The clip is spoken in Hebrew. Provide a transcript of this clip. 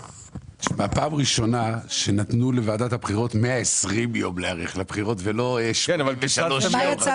פעם ראשונה שנתנו לוועדת הבחירות 120 יום להיערך לבחירות ולא 83 יום.